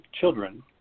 children